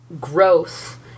growth